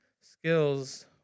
skills